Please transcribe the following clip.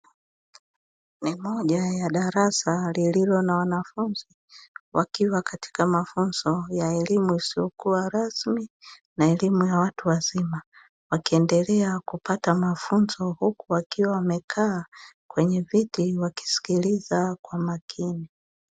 Ni moja ya darasa lililo na wanafunzi wakiwa katika mafunzo ya elimu isiyo rasmi na elimu ya watu wazima wakiendelea kupata mafunzo huku wakiwa wamekaa kwenye viti wakisikiliza kwa makini.